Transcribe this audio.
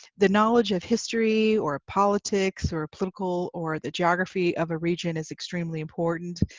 the knowledge of history or politics or political or the geography of a region is extremely important